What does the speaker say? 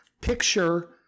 picture